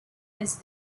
his